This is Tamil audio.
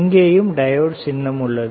இங்கேயும் டையோடு சின்னம் உள்ளது